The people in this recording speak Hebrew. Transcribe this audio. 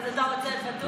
אז אתה רוצה את ואטורי?